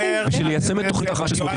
מי שינהל את מדינת ישראל, נבחרי הציבור.